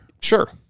Sure